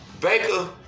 Baker